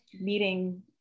meeting